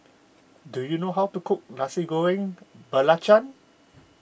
do you know how to cook Nasi Goreng Belacan